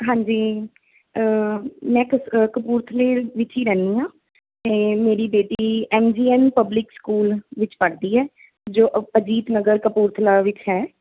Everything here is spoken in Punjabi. ਹਾਂਜੀ ਮੈਂ ਕ ਕਪੂਰਥਲੇ ਵਿੱਚ ਹੀ ਰਹਿੰਦੀ ਹਾਂ ਅਤੇ ਮੇਰੀ ਬੇਟੀ M G N public school ਵਿੱਚ ਪੜ੍ਹਦੀ ਹੈ ਜੋ ਅਜੀਤ ਨਗਰ ਕਪੂਰਥਲਾ ਵਿੱਚ ਹੈ